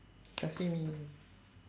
sashimi